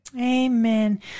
Amen